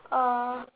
uh